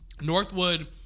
Northwood